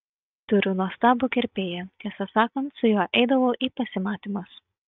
turiu nuostabų kirpėją tiesą sakant su juo eidavau į pasimatymus